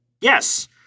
Yes